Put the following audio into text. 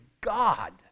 God